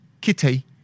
Kitty